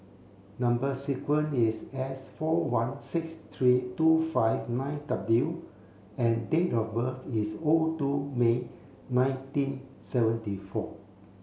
number sequence is S four one six three two five nine W and date of birth is O two May nineteen seventy four